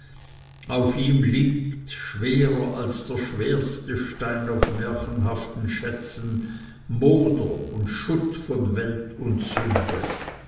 auf ihm liegt schwerer als der schwerste stein auf märchenhaften schätzen moder und schutt von welt und sünde